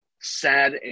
sad